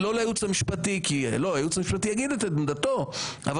ולא לייעוץ המשפטי הייעוץ המשפטי יוכל להגיד את עמדתו אבל